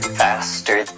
faster